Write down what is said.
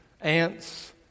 Ants